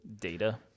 Data